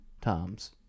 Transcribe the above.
times